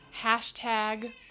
Hashtag